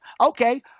Okay